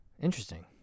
Interesting